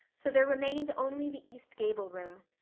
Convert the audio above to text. so there remained only the east gable room.